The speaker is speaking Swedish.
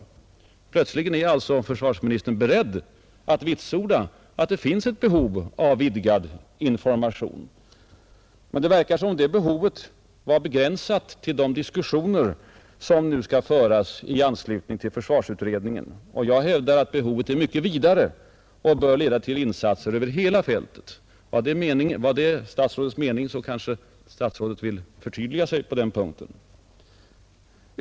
Plötsligen är alltså försvarsministern beredd att vitsorda att det finns ett behov av vidgad information. Men det verkar som om det behovet vore begränsat till de diskussioner som nu skall föras i anslutning till försvarsutredningen. Jag hävdar att behovet är mycket större och bör leda till insatser över hela fältet. Om det var också statsrådets mening kanske statsrådet vill förtydliga sig på den punkten.